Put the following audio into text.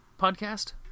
podcast